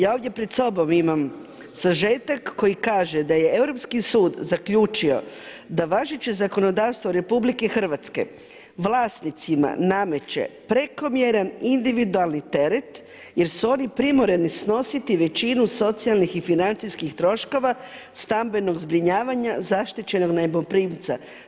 Ja ovdje pred sobom imam sažetak koji kaže da je Europski sud zaključio da važeće zakonodavstvo RH vlasnicima nameće prekomjeran individualni teret jer su oni primorani snositi većinu socijalnih i financijskih troškova stambenog zbrinjavanja zaštićenog najmoprimca.